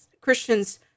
Christians